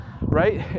right